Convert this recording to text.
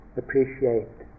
appreciate